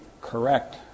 correct